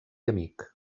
amic